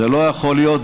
זה לא יכול להיות.